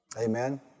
Amen